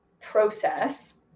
process